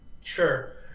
Sure